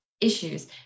issues